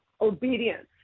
obedience